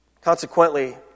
Consequently